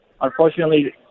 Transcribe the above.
Unfortunately